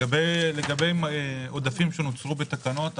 לגבי עודפים שנוצרו בתקנות,